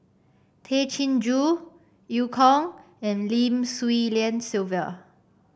Tay Chin Joo Eu Kong and Lim Swee Lian Sylvia